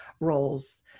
roles